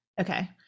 Okay